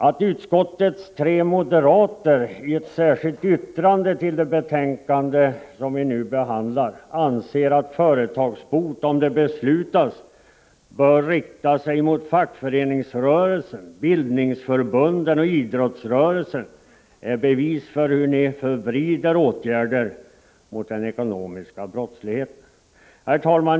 Att utskottets tre moderater i ett särskilt yttrande till det betänkande om företagsbot som vi nu behandlar, anser att en sådan sanktion, om den beslutas, borde rikta sig mot fackföreningsrörelsen, bildningsförbunden och idrottsrörelsen, är bevis för hur ni vill förvrida åtgärderna mot den ekonomiska brottsligheten. Herr talman!